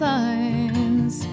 lines